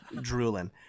drooling